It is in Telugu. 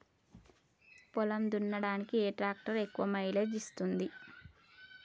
పొలం దున్నడానికి ఏ ట్రాక్టర్ ఎక్కువ మైలేజ్ ఇస్తుంది?